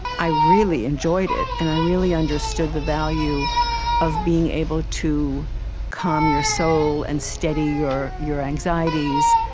i really enjoyed it, and i really understood the value of being able to calm your soul and steady your your anxieties,